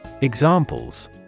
Examples